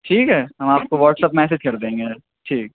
ٹھیک ہے ہم آپ کو واٹسایپ میسیج کر دیں گے ٹھیک